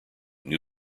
new